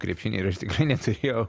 krepšinį ir aš tikrai neturėjau